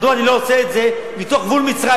מדוע אני לא עושה את זה מתוך גבול מצרים,